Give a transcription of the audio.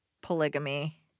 polygamy